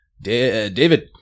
David